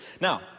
Now